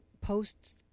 posts